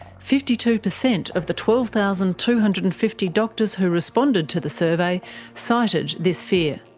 fifty two percent of the twelve thousand two hundred and fifty doctors who responded to the survey cited this fear.